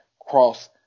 cross